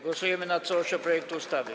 Głosujemy nad całością projektu ustawy.